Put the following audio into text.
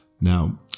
Now